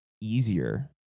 easier